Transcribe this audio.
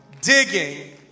Digging